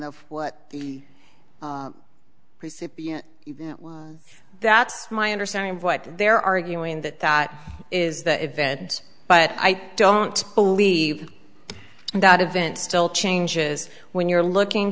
of what the recipient that's my understanding of what they're arguing that that is the event but i don't believe that event still changes when you're looking